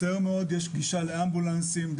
יש גישה לאמבולנסים,